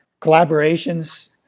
Collaborations